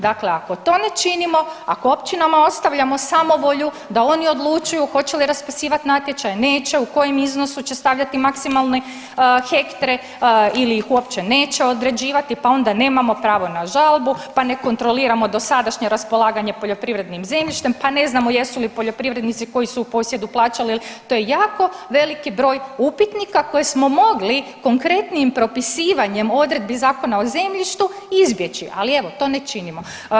Dakle, ako to ne činimo, ako općinama ostavljamo samovolju da oni odlučuju hoće li raspisivati natječaj, neće, u kojem iznosu će stavljati maksimalne hektre ili ih uopće neće određivati pa onda nemamo pravo na žalbu, pa ne kontroliramo dosadašnje raspolaganje poljoprivrednim zemljištem, pa ne znamo jesu li poljoprivrednici koji su u posjedu plaćali to je jako veliki broj upitnika koji smo mogli konkretnijim propisivanjem odredbi Zakona o zemljištu izbjeći, ali evo to ne činimo.